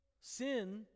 Sin